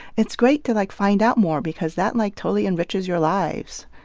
it's great to, like, find out more because that, like, totally enriches your lives.